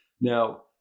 Now